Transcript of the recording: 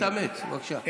תתאמץ, בבקשה.